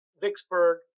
Vicksburg